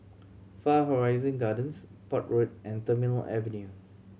Far Horizon Gardens Port Road and Terminal Avenue